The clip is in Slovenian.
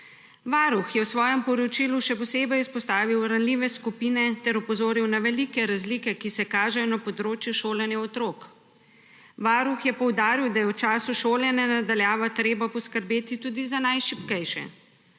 Varuh je v svojem poročilu še posebej izpostavil ranljive skupine ter opozoril na velike razlike, ki se kažejo na področju šolanja otrok. Varuh je poudaril, da je v času šolanja na daljavo treba poskrbeti tudi za najšibkejše.